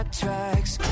tracks